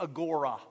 agora